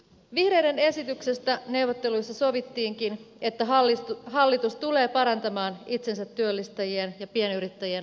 vihreiden esityksestä neuvotteluissa sovittiinkin että hallitus tulee parantamaan itsensä työllistäjien ja pienyrittäjien asemaa